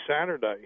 Saturday